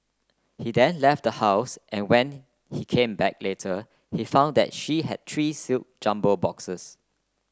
he then left the house and when he came back later he found that she had three sealed jumbo boxes